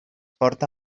porta